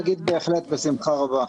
בשמחה רבה.